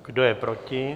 Kdo je proti?